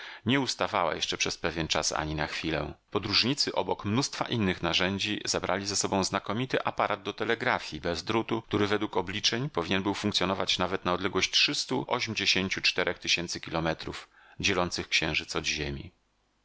nie ustawała jeszcze przez pewien czas ani na chwilę podróżnicy obok mnóstwa innych narzędzi zabrali ze sobą znakomity aparat do telegrafji bez drutu który według obliczeń powinien był funkcjonować nawet na odległość trzystu ośmdziesięciu czterech tysięcy kilometrów dzielących księżyc od ziemi